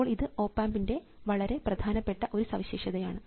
അപ്പോൾ ഇത് ഓപ് ആമ്പിൻറെ വളരെ പ്രധാനപ്പെട്ട ഒരു സവിശേഷതയാണ്